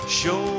show